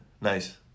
Nice